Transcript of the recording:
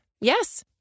Yes